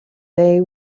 they